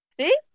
See